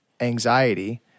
anxiety